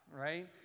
right